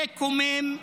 זה מקומם.